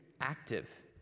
active